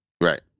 Right